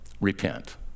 Repent